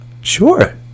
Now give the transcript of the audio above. Sure